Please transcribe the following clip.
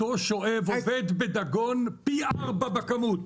אותו שואב עבוד בדגון פי ארבעה בכמות.